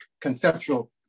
conceptual